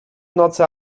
nocy